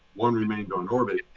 one remained on orbit.